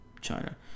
China